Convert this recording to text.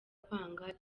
kwanga